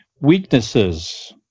Weaknesses